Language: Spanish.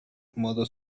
modo